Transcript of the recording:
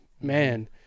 man